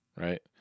Right